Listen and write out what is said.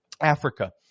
Africa